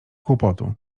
kłopotu